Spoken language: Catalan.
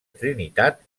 trinitat